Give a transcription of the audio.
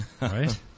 Right